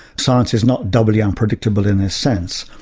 science is not doubly unpredictable in his sense.